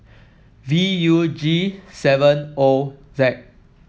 V U G seven O Z